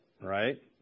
Right